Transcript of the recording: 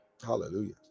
Hallelujah